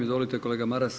Izvolite kolega Maras.